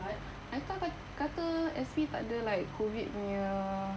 I thought kat~ kata S_P takde like COVID punya